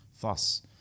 Thus